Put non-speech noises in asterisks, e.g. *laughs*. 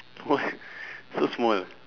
what *laughs* so small